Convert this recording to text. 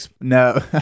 No